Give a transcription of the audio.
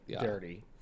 dirty